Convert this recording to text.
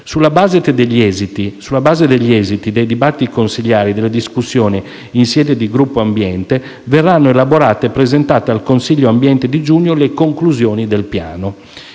Sulla base degli esiti, dei dibattiti consiliari e delle discussioni in sede di Gruppo ambiente verranno elaborate e presentate al Consiglio ambiente di giugno le conclusioni del piano.